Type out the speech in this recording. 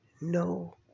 no